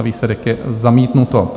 Výsledek je: zamítnuto.